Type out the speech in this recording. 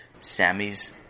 Sammy's